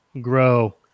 grow